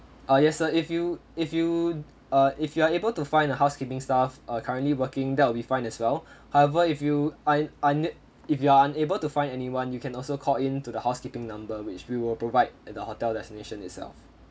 ah yes sir if you if you uh if you are able to find a housekeeping staff uh currently working that will be fine as well however if you un~ una~ if you are unable to find anyone you can also call in to the housekeeping number which we will provide at the hotel destination itself